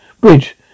Bridge